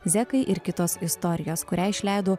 zekai ir kitos istorijos kurią išleido